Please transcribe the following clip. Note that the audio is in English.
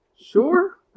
Sure